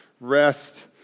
rest